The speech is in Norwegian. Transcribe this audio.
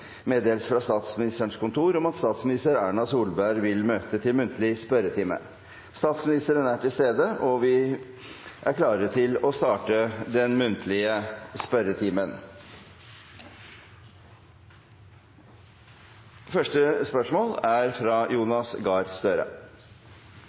Statsministeren er til stede, og vi er klare til å starte den muntlige spørretimen. Vi starter med første hovedspørsmål, fra representanten Jonas Gahr Støre.